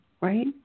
right